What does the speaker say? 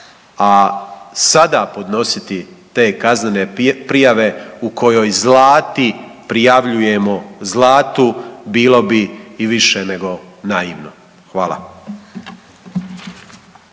a sada podnositi te kaznene prijave u kojoj Zlati prijavljujemo Zlatu bilo bi i više nego naivno. Hvala.